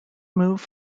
move